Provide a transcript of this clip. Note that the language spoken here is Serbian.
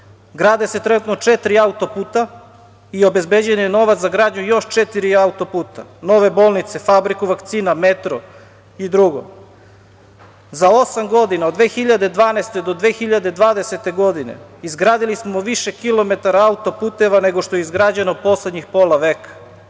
Grade se trenutno četiri autoputa i obezbeđen je novac za gradnju još četiri autoputa. Nove bolnice, fabriku vakcina, „Metro“ i drugo. Za osam godina, od 2012. do 2020. godine izgradili smo više kilometara autoputeva nego što je izgrađeno poslednjih pola